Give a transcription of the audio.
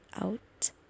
out